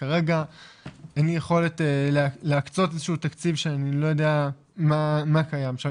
כרגע אין לי יכולת להקצות איזשהו תקציב שאני לא יודע מה קיים שם.